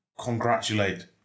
congratulate